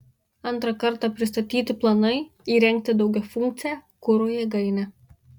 antrą kartą pristatyti planai įrengti daugiafunkcę kuro jėgainę